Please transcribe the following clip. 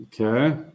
Okay